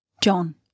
John